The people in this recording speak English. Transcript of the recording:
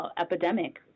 epidemic